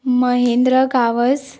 Mahendra Gawas